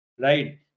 Right